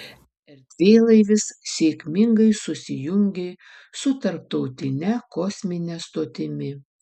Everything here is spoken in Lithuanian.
erdvėlaivis sėkmingai susijungė su tarptautine kosmine stotimi